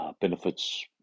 Benefits